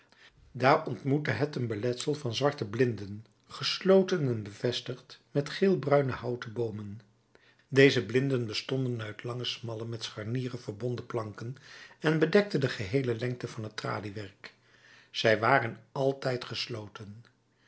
daar ontmoette het een beletsel van zwarte blinden gesloten en bevestigd met geelbruine houten boomen deze blinden bestonden uit lange smalle met scharnieren verbonden planken en bedekten de geheele lengte van het traliewerk zij waren altijd gesloten